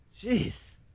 Jeez